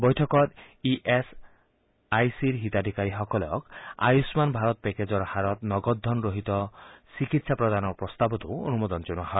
বৈঠকত E S আইৰ হিতাধিকাৰীসকলক আয়ুমান ভাৰত পেকেজৰ হাৰত নদগ ধন ৰহিত চিকিৎসা প্ৰদানৰ প্ৰস্তাৱতো অনুমোদন জনোৱা হয়